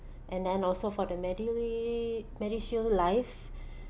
and then also for the medili~ MediShield life